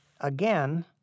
again